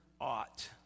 ought